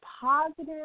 positive